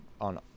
on